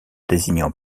désignant